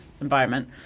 environment